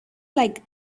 like